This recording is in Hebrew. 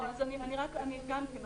אני רק אשלים.